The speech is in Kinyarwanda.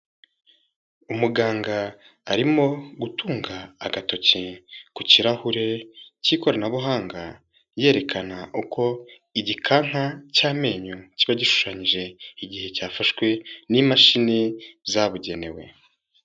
Umuganga arimo gutunga agatoki ku kirahure cy'ikoranabuhanga, yerekana uko igikanka cy'amenyo kiba gishushanyije, igihe cyafashwe n'imashini zabugenewe.